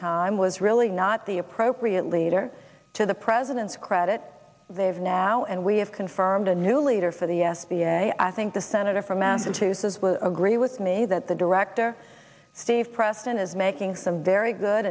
time was really not the appropriate leader to the president's credit they have now and we have confirmed a new leader for the s b a i think the senator from massachusetts will agree with me that the director steve preston is making some very good